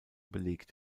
belegt